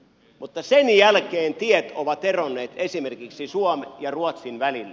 mutta sen jälkeen tiet ovat eronneet esimerkiksi suomen ja ruotsin välillä